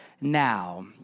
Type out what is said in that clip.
now